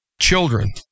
children